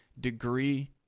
degree